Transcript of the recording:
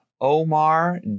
Omar